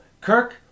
Kirk